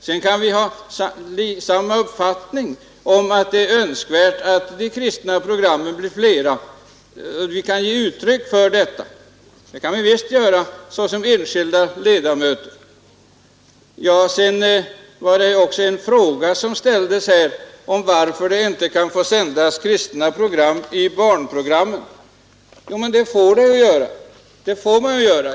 Sedan kan vi ha samma uppfattning om att det är önskvärt att de kristna programmen blir flera och ge uttryck för detta såsom enskilda ledamöter. Herr Stålhammar frågade varför man inte kunde få sända kristna barnprogram. Det får man göra.